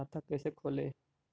खाता कैसे खोले?